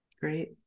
great